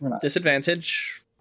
disadvantage